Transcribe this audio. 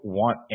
want